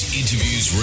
interviews